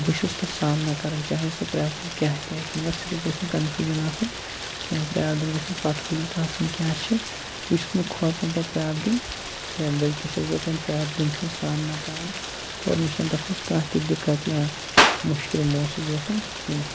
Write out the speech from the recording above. بہٕ چھُس تَتھ سامان کَران چاہے سۄ پرٛابلِم کیٛاہ تہِ آسہِ مگر صرف گَژھِ نہٕ کَنفیوٗجَن آسُن کینٛہہ پرٛابلِم گژھِ مےٚ پَتہٕ ہٕۍ یوت آسٕنۍ کیٛاہ چھِ بہٕ چھُس نہٕ کھوژَن پَتہٕ پرٛابلِم کینٛہہ بٔلکہِ چھس بہٕ تمہِ پرٛابلِم ہُنٛد سامنہٕ کَران اور مےٚ چھَنہٕ تَتھ منٛز کانٛہہ تہِ دِکَت یا مُشکِل موسوٗس گژھان کینٛہہ